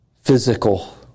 physical